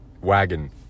wagon